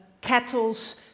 kettles